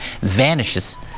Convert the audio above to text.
vanishes